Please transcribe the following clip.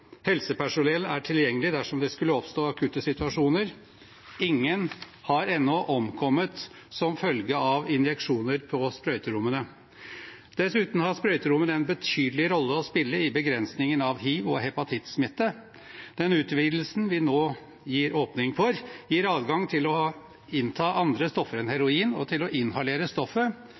helsepersonell er tilgjengelig dersom det skulle oppstå akutte situasjoner. Ingen har ennå omkommet som følge av injeksjoner på sprøyterommene. Dessuten har sprøyterommene en betydelig rolle å spille i begrensningen av hiv- og hepatittsmitte. Den utvidelsen vi nå gir åpning for, gir adgang til å innta andre stoffer enn heroin og til å inhalere stoffet.